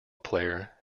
player